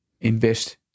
invest